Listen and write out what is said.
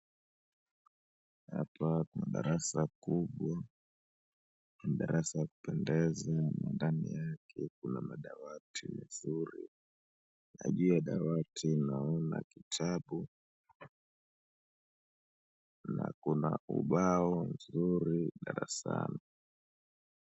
Hapa kuna darasa kubwa, ni darasa ya kupendeza na ndani yake kuna madawati nzuri. Na juu ya dawati naona kitabu na kuna ubao nzuri darasani.